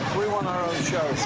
we want our own show.